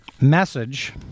message